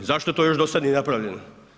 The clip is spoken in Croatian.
Zašto to još do sada nije napravljeno?